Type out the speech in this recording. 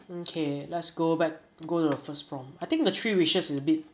okay let's go back go to the first prompt I think the three wishes is a bit